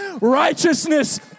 righteousness